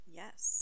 yes